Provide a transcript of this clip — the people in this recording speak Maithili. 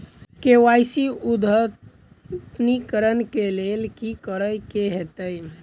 के.वाई.सी अद्यतनीकरण कऽ लेल की करऽ कऽ हेतइ?